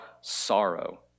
sorrow